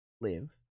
live